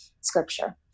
scripture